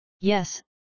Yes